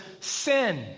sin